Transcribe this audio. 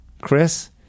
Chris